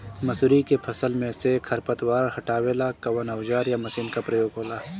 मसुरी के फसल मे से खरपतवार हटावेला कवन औजार या मशीन का प्रयोंग होला?